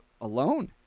alone